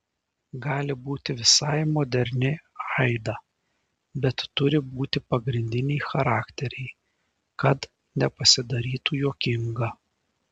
gali būti visai moderni aida bet turi būti pagrindiniai charakteriai kad nepasidarytų juokinga